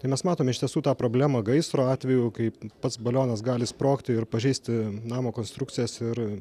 tai mes matome iš tiesų tą problemą gaisro atveju kaip pats balionas gali sprogti ir pažeisti namo konstrukcijas ir